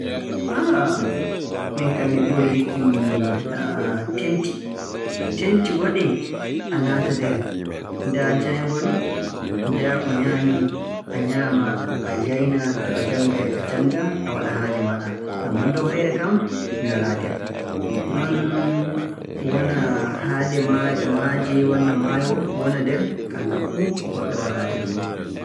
Ah, miin kam mi ɓurii yiɗki tenti. Tenti waɗee a naata nder ndaa jaayngol, ndaa ko nyaamee, a nyaama, a jaayna, to a janngay a jannga,a waɗa haaje maaɗa. Ammaa dow hayre kam mi walaa nder. Non wona haade maay- maaje, walla maayo wona nder, kanka fuu goɗɗo walaa nder ɗo'o.